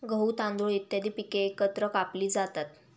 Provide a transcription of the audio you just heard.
गहू, तांदूळ इत्यादी पिके एकत्र कापली जातात